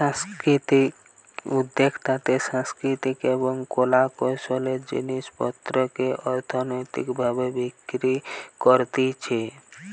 সাংস্কৃতিক উদ্যোক্তাতে সাংস্কৃতিক এবং কলা কৌশলের জিনিস পত্রকে অর্থনৈতিক ভাবে বিক্রি করতিছে